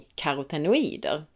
karotenoider